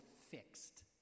fixed